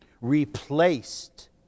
replaced